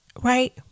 right